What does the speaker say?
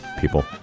people